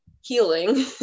healing